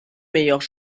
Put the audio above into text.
meilleures